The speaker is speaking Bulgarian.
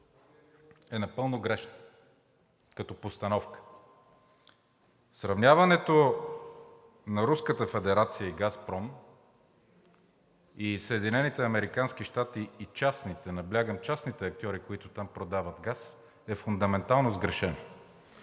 е напълно грешно като постановка. Сравняването на Руската федерация и „Газпром“ и Съединените американски щати и частните, наблягам – частните актьори, които там продават газ, е фундаментално сгрешено.